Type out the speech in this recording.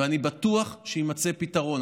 ואני בטוח שיימצא פתרון,